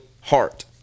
heart